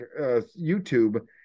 YouTube